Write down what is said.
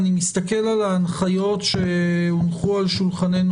אני מסתכל על ההנחיות שהונחו על שולחננו